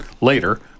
later